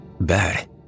bad